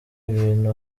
ibintu